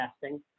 testing